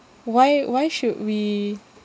why why should we